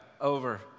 over